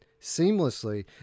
seamlessly